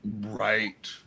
Right